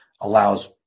allows